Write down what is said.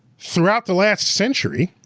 throughout the last century,